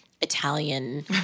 Italian